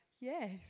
Yes